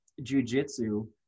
jujitsu